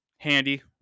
handy